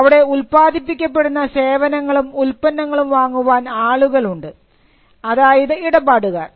അവിടെ ഉത്പാദിപ്പിക്കപ്പെടുന്ന സേവനങ്ങളും ഉല്പന്നങ്ങളും വാങ്ങുവാൻ ആളുകളുണ്ട് അതായത് ഇടപാടുകാർ